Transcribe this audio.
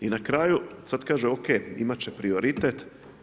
I na kraju, sad kaže o.k. imat će prioritet.